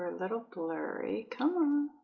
little blurry come